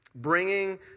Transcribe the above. Bringing